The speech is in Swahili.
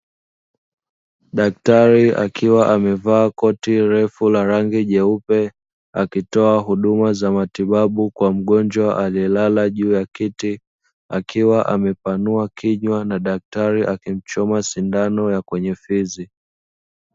Daktari akiwa amevaa koti refu la rangi jeupe, akitoa huduma za matibabu kwa mgonjwa aliyelala juu ya kiti, akiwa amepanua kinywa na daktari akimchoma sindano ya kwenye fizi.